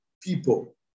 people